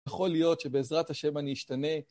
יכול להיות שבעזרת השם אני אשתנה.